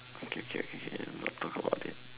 okay okay can don't talk about it